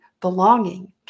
belonging